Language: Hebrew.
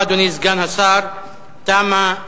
אדוני סגן השר, אני מודה לך.